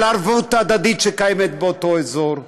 על הערבות ההדדית שקיימת באותו אזור,